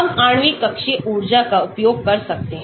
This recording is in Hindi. हम आणविक कक्षीय ऊर्जा का उपयोग कर सकते हैं